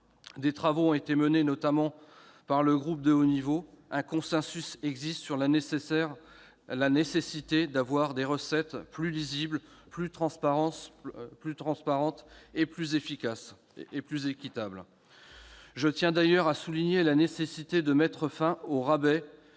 Des travaux ont été menés, notamment par le groupe de haut niveau sur les ressources propres. Un consensus existe sur la nécessité d'avoir des recettes plus lisibles, plus transparentes et plus équitables. Je tiens d'ailleurs à souligner la nécessité de mettre fin aux rabais